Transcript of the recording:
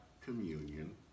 communion